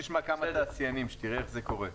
חשוב לי שתשמע כמה תעשיינים כדי שתראה איך זה קורה.